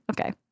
Okay